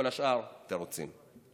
כל השאר, תירוצים.